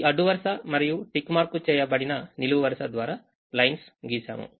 ఈ అడ్డు వరుస మరియు టిక్ మార్క్ చేయబడిన నిలువు వరుస ద్వారా లైన్స్ గీశాము